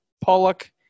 Pollock